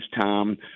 Tom